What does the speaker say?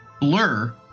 Blur